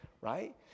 right